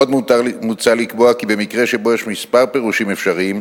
עוד מוצע לקבוע כי במקרה שבו יש כמה פירושים אפשריים,